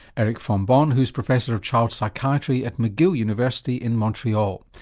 eric fombonne who's professor of child psychiatry at mcgill university in montreal.